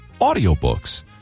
audiobooks